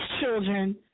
children